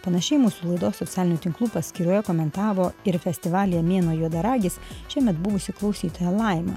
panašiai mūsų laidos socialinių tinklų paskyroje komentavo ir festivalyje mėnuo juodaragis šiemet buvusį klausytoją laimą